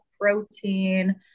protein